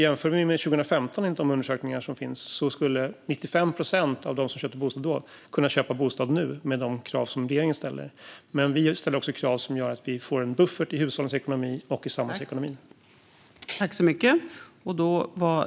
Enligt de undersökningar som finns skulle 95 procent av dem som köpte en bostad 2015 kunna köpa en bostad nu med de krav som regeringen ställer. Men vi ställer också krav som gör att det blir en buffert i hushållens och samhällets ekonomi.